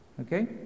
Okay